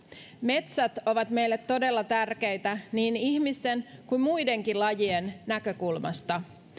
metsät ovat meille todella tärkeitä niin ihmisten kuin muidenkin lajien näkökulmasta